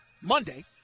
Monday